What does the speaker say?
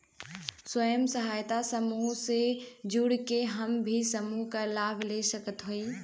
स्वयं सहायता समूह से जुड़ के हम भी समूह क लाभ ले सकत हई?